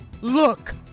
Look